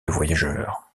voyageur